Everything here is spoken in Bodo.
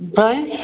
ओमफ्राय